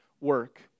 work